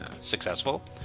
successful